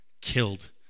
killed